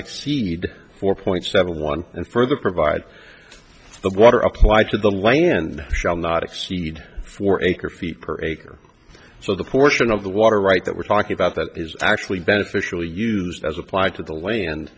exceed four point seven one and further provide the water applied to the land shall not exceed four acre feet per acre so the portion of the water right that we're talking about that is actually beneficial use as applied to the land